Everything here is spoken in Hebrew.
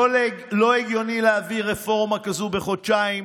לא הגיוני להביא רפורמה כזאת בחודשיים.